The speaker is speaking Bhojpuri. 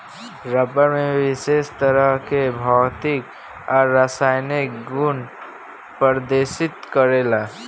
रबड़ में विशेष तरह के भौतिक आ रासायनिक गुड़ प्रदर्शित करेला